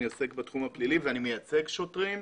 אני עוסק בתחום הפלילי ואני מייצג שוטרים,